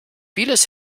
vieles